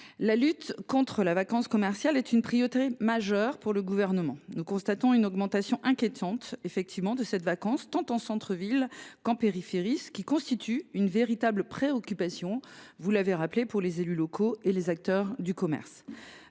la lutte contre la vacance commerciale est une priorité majeure pour le Gouvernement. Nous constatons une augmentation inquiétante de cette vacance, tant en centre ville qu’en périphérie, ce qui constitue une véritable préoccupation pour les élus locaux et les acteurs du commerce.